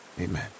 amen